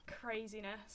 craziness